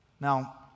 Now